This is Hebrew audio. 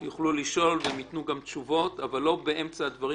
הם יוכלו לשאול והם יתנו גם תשובות אבל לא באמצע הדברים.